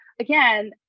again